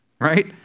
right